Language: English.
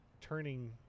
turning